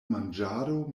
manĝado